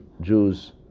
Jews